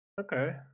Okay